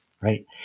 right